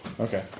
Okay